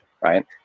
right